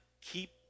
keep